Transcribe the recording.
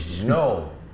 No